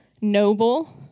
noble